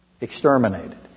Exterminated